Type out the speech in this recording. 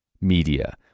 media